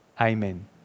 amen